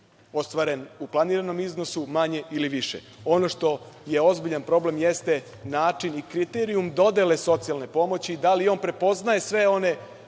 ostvaren u planiranom iznosu manje ili više. Ono što je ozbiljan problem jeste način i kriterijum dodele socijalne pomoći i da li on prepoznaje sve one